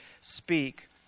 speak